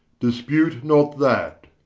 dispute not that,